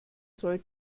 soll